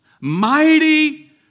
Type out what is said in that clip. mighty